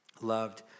loved